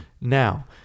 Now